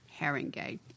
Haringey